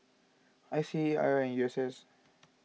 I C A I R and U S S